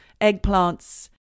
eggplants